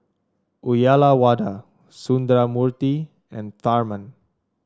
Uyyalawada Sundramoorthy and Tharman